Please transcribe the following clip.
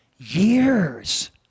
years